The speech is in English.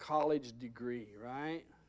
college degree right